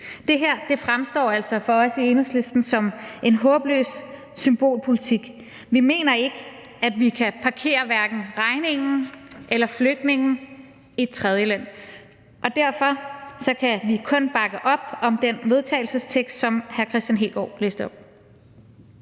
Det her fremstår altså for os i Enhedslisten som en håbløs symbolpolitik. Vi mener hverken, at vi kan parkere regningen eller flygtningen i et tredjeland, og derfor kan vi kun bakke op om det forslag til vedtagelse, som hr. Kristian Hegaard læste op.